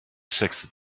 sixth